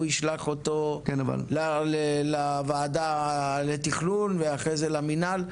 ישלח אותו לוועדה לתכנון ואחרי זה למנהל,